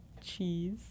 cheese